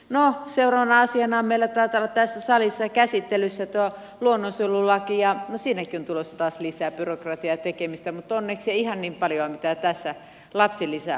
no seuraavana asiana meillä taitaa tässä olla salissa käsittelyssä tuo luonnonsuojelulaki ja no siinäkin on tulossa taas lisää byrokratiaa ja tekemistä mutta onneksi ei ihan niin paljon kuin tässä lapsilisäasiassa